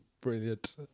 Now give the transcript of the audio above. Brilliant